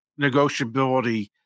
negotiability